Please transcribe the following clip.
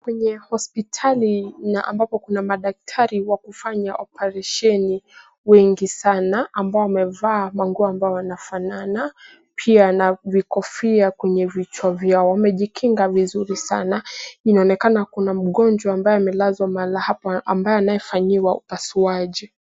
Kwenye hospitali na ambapo kuna madaktari wa kufanya oparesheni wengi sana, ambao wamevaa manguo ambayo yanafanana, pia na vikofia kwenye vichwa vyao. Wamejikinga vizuri sana. Inaonekana kuna mgonjwa ambaye amelazwa mahali hapa, ambaye anafanyiwa upasuaji.